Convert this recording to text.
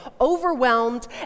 overwhelmed